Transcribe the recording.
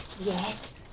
Yes